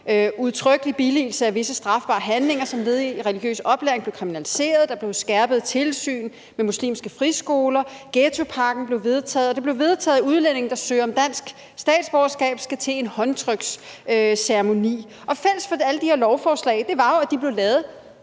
udtrykkelig billigelse af visse strafbare handlinger som led i en religiøs oplæring blev kriminaliseret, der blev et skærpet tilsyn med muslimske friskoler, ghettopakken blev vedtaget, og det blev vedtaget, at udlændinge, der søger om dansk statsborgerskab, skal til en håndtryksceremoni, og fælles for alle de her lovforslag var jo, at de blev lavet